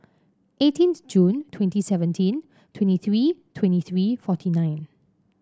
eighteenth Jun twenty seventeen twenty three twenty three forty nine